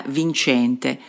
vincente